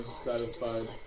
satisfied